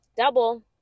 Double